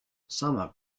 summer